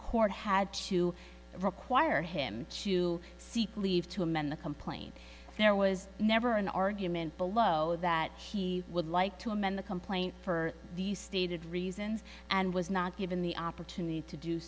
court had to require him to seek leave to amend the complaint there was never an argument below that he would like to amend the complaint for the stated reasons and was not given the opportunity to do